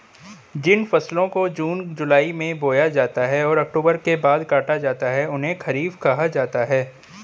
जिन फसलों को जून जुलाई में बोया जाता है और अक्टूबर के बाद काटा जाता है उन्हें खरीफ कहा गया है